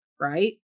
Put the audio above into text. Right